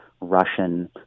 Russian